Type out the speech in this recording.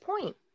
point